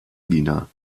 lina